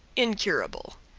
incurable.